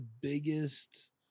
biggest